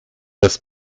das